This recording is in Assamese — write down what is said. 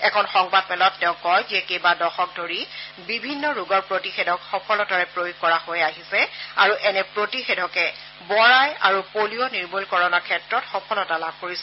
এখন সংবাদ মেলত তেওঁ কয় যে কেইবা দশক ধৰি বিভিন্ন ৰোগৰ প্ৰতিষেধক সফলতাৰে প্ৰয়োগ কৰা হৈ আহিছে আৰু এনে প্ৰতিষেধকে বৰআই আৰু পলিঅ নিৰ্মলকৰণৰ ক্ষেত্ৰত সফলতা লাভ কৰিছে